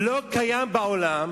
לא קיים בעולם